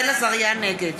נגד